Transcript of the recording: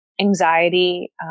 anxiety